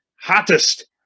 hottest